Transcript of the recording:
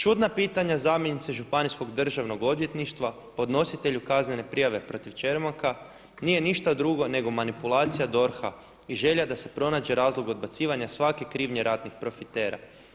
Čudna pitanja zamjenice Županijskog državnog odvjetništva podnositelju kaznene prijave protiv Čermaka nije ništa drugo nego manipulacija DORH-a i želja da se pronađe razlog odbacivanja svake krivnje ratnih profitera.